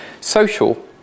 social